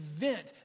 event